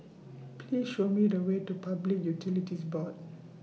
Please Show Me The Way to Public Utilities Board